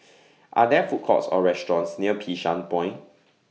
Are There Food Courts Or restaurants near Bishan Point